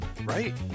right